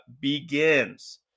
begins